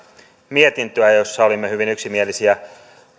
mietintöä jossa olimme hyvin yksimielisiä